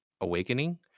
Awakening